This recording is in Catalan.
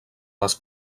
les